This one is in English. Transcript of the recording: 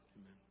Amen